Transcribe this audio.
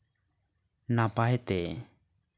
ᱱᱟᱯᱟᱭᱛᱮ